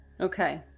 okay